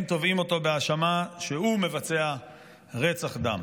הם תובעים אותו בהאשמה שהוא מבצע רצח עם.